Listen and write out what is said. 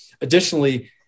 Additionally